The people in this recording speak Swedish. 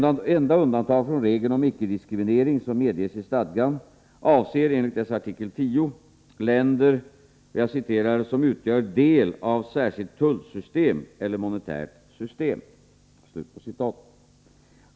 Det enda undantag från regeln om icke-diskriminering som medges i stadgan avser, enligt dess artikel 10, länder ”som utgör del av särskilt tullsystem eller monetärt system”.